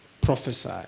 prophesy